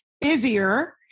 busier